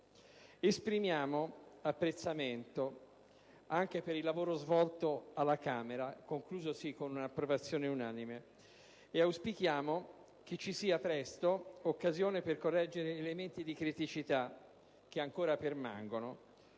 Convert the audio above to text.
Esprimiamo apprezzamento anche per il lavoro svolto alla Camera, conclusosi con un'approvazione unanime, ed auspichiamo che ci sia presto occasione per correggere elementi di criticità che ancora permangono,